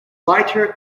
lighter